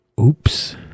oops